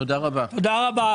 תודה רבה.